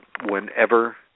whenever